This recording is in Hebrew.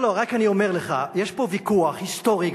לא לא, אני רק אומר לך שיש פה ויכוח, גם היסטורי: